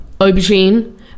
aubergine